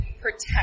protect